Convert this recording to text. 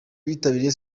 bitabiriye